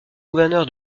gouverneur